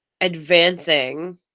advancing